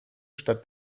stadt